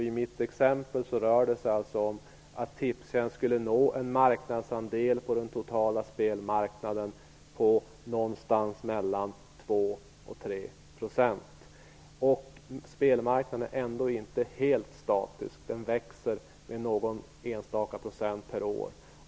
I mitt exempel rör det sig om att Tipstjänst skulle nå en marknadsandel på den totala spelmarknaden på någonstans mellan 2 och 3 %. Spelmarknaden är inte helt statisk. Den växer med någon enstaka procent per år.